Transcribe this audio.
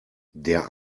der